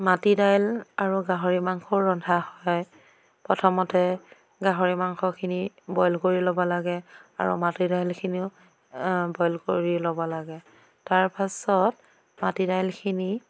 মাটি দাইল আৰু গাহৰি মাংসও ৰন্ধা হয় প্ৰথমতে গাহৰি মাংসখিনি বইল কৰি ল'ব লাগে আৰু মাটি দাইলখিনিও বইল কৰি ল'ব লাগে তাৰপাছত মাটি দাইলখিনি